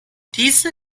diese